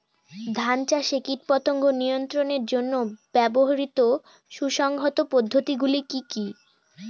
ধান চাষে কীটপতঙ্গ নিয়ন্ত্রণের জন্য ব্যবহৃত সুসংহত পদ্ধতিগুলি কি কি?